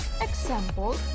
Example